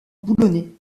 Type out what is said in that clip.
boulonnais